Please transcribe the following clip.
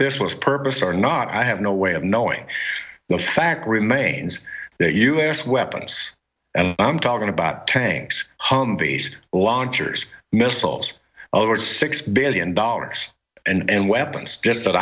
this was purpose or not i have no way of knowing the fact remains that u s weapons and i'm talking about tanks humvees launchers missiles over six billion dollars and weapons